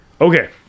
Okay